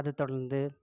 அது தொடர்ந்து